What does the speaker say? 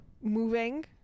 moving